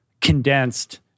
condensed